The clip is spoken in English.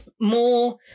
more